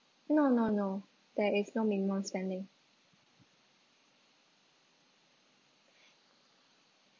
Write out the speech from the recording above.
no no no there is no minimum spending